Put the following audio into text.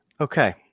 Okay